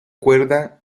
cuerda